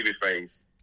babyface